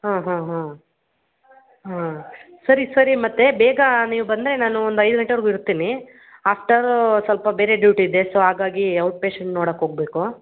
ಹಾಂ ಹಾಂ ಹಾಂ ಹಾಂ ಸರಿ ಸರಿ ಮತ್ತು ಬೇಗ ನೀವು ಬಂದರೆ ನಾನು ಒಂದು ಐದು ಗಂಟೆವರೆಗು ಇರ್ತೀನಿ ಆಫ್ಟರೂ ಸ್ವಲ್ಪ ಬೇರೆ ಡ್ಯೂಟಿ ಇದೆ ಸೋ ಹಾಗಾಗಿ ಔಟ್ ಪೇಶೆಂಟ್ ನೋಡೋಕ್ ಹೋಗ್ಬೇಕು